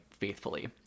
faithfully